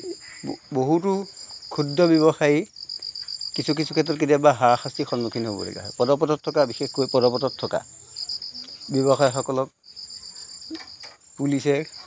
বহুতো ক্ষুদ্ৰ ব্যৱসায়ী কিছু কিছু ক্ষেত্ৰত কেতিয়াবা হাৰাশাস্তিৰ সন্মুখীন হ'বলগীয়া হয় পদপথত থকা বিশেষকৈ পদপথত থকা ব্যৱসায় সকলক পুলিচে